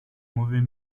mauvais